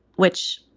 which.